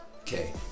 okay